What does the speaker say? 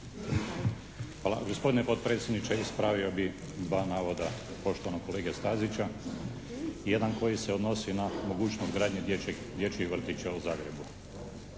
Hvala gospodine potpredsjedniče. Ispravio bih dva navoda poštovanog kolege Stazića. Jedan koji se odnosi na mogućnost gradnje dječjih vrtića u Zagrebu.